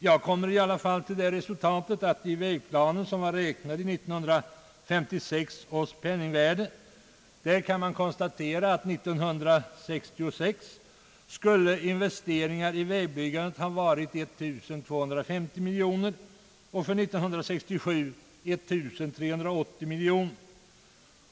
Jag kommer i varje fall till det resultatet att enligt vägplanen, som var räknad i 1956 års penningvärde, skulle investeringarna i vägbyggande för år 1966 ha varit 1 250 miljoner och för år 1967 1380 miljoner.